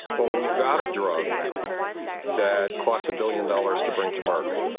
when you've got a drug that costs a billion dollars to bring to market,